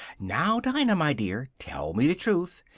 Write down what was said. now, dinah, my dear, tell me the truth.